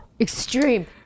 Extreme